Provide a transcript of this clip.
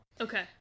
Okay